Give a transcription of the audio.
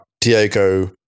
Diego